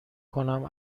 کنم